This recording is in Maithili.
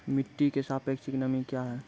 मिटी की सापेक्षिक नमी कया हैं?